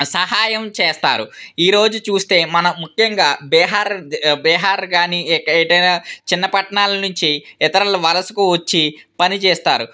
సహాయం చేస్తారు ఈ రోజు చూస్తే మనం ముఖ్యంగా బీహార్ బీహార్ కానీ ఎట చిన్న పట్టణాల నుంచి ఇతరులు వలసకు వచ్చి పని చేస్తారు